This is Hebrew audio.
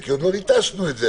אין בדיקות מהירות שעושים.